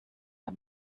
der